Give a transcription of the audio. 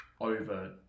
over